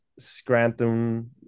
Scranton